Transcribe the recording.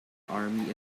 army